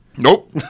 Nope